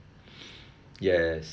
yes